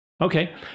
Okay